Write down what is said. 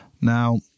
Now